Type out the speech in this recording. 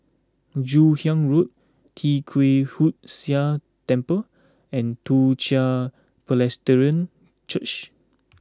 Joon Hiang Road Tee Kwee Hood Sia Temple and Toong Chai Presbyterian Church